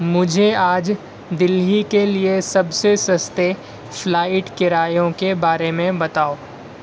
مجھے آج دلی کے لیے سب سے سستے فلائٹ کرایوں کے بارے میں بتاؤ